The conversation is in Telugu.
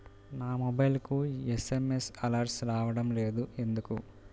నా మొబైల్కు ఎస్.ఎం.ఎస్ అలర్ట్స్ రావడం లేదు ఎందుకు?